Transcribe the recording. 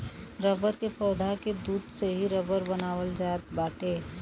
rubber के पौधा के दूध से ही रबर के बनावल जात बाटे